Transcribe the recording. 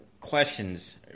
questions